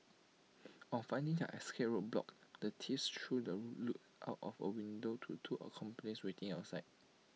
on finding their escape route blocked the thieves threw the loot out of A window to two accomplices waiting outside